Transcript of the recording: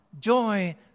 joy